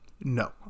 No